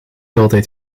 altijd